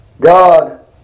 God